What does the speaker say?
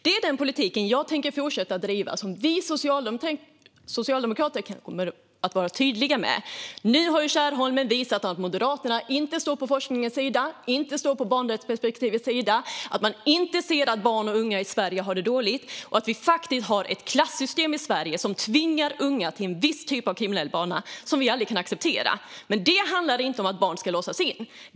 Det är den politik jag tänker fortsätta driva och som vi socialdemokrater kommer att vara tydliga med. Nu har Kärrholm bevisat att Moderaterna inte står på forskningens sida, inte står på barnrättsperspektivets sida och inte ser att barn och unga i Sverige har det dåligt och att vi har ett klassystem i Sverige som tvingar unga till en viss typ av kriminell bana som vi aldrig kan acceptera. Men det handlar inte om att barn ska låsas in.